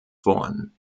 vorn